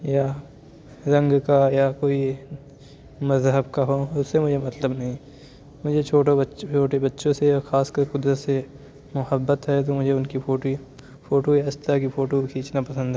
یا رنگ کا یا کوئی مذہب کا ہو اُس سے مجھے مطلب نہیں مجھے چھوٹوں بچے چھوٹے بچوں سے یا خاص کر قدرت سے محبت ہے تو مجھے اُن کی فوٹو ہی فوٹو یا اِس طرح کی فوٹو کھینچنا پسند ہے